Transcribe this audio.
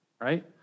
right